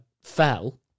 fell